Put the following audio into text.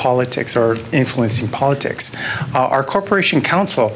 politics or influencing politics are corporation counsel